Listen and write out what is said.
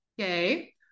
okay